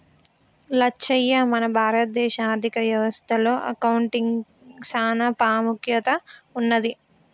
లచ్చయ్య మన భారత దేశ ఆర్థిక వ్యవస్థ లో అకౌంటిగ్కి సాన పాముఖ్యత ఉన్నది